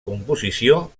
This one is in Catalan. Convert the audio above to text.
composició